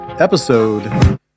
Episode